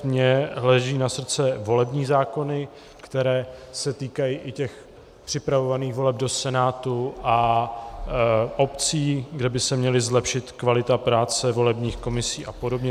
Mně leží na srdci volební zákony, které se týkají i těch připravovaných voleb do Senátu a obcí, kde by se měla zlepšit kvalita práce volebních komisí a podobně.